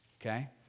okay